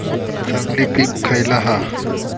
चांगली पीक खयला हा?